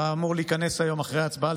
אתה אמור להיכנס היום אחרי ההצבעה